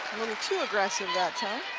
a little too aggressive that time,